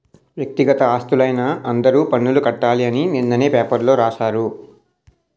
వ్యక్తిగత ఆస్తులైన అందరూ పన్నులు కట్టాలి అని నిన్ననే పేపర్లో రాశారు